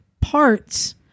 parts